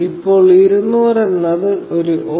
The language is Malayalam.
ഇപ്പോൾ 200 എന്നത് ഒരു ഓ